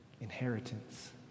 inheritance